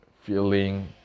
feeling